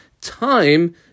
time